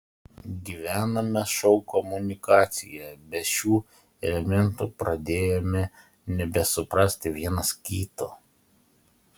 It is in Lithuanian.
gyvename šou komunikacijoje be šių elementų pradėjome nebesuprasti vienas kito